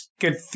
good